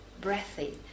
breathy